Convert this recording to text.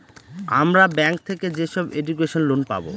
আমরা ব্যাঙ্ক থেকে যেসব এডুকেশন লোন পাবো